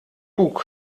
bug